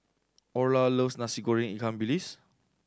Orla loves Nasi Goreng ikan bilis